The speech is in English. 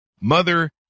mother